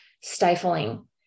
stifling